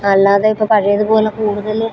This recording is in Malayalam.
അല്ലാതെ ഇപ്പോള് പഴയതുപോലെ കൂടുതൽ